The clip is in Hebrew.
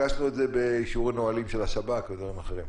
פגשנו את זה באישור הנהלים של השב"כ ודברים אחרים.